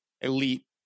elite